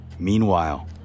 Meanwhile